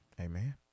Amen